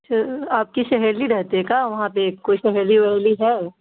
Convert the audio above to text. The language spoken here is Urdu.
اچھا آپ کی سہیلی رہتی ہے کا وہاں پہ ایک کوئی سہیلی وہیلی ہے